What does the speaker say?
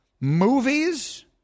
movies